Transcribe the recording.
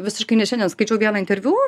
visiškai net šiandien skaičiau vieną interviu